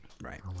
Right